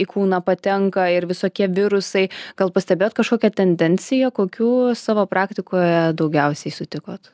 į kūną patenka ir visokie virusai gal pastebėjot kažkokią tendenciją kokių savo praktikoje daugiausiai sutikot